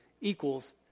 equals